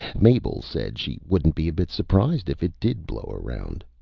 mabel said she wouldn't be a bit surprised if it did blow around.